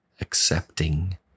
accepting